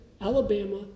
Alabama